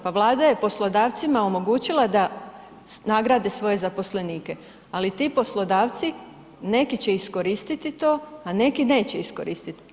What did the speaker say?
Pa Vlada je poslodavcima omogućila da nagradi svoje zaposlenike, ali ti poslodavci neki će iskoristiti to, a neki neće iskoristit.